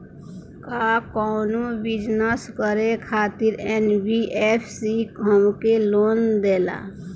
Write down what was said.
का कौनो बिजनस करे खातिर एन.बी.एफ.सी हमके लोन देला?